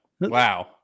Wow